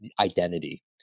identity